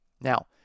Now